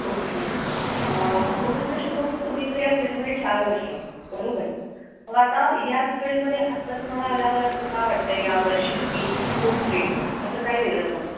okay so mister Shubham तुम्ही तर या फील्डमध्ये चार वर्षं आहे बरोबर मग आता याच फील्डमध्ये आत्ता तुम्हाला आल्यावर असं का वाटत आहे या वर्षीत की खूप स्ट्रेस आहे असं काय वेगळं झालं आहे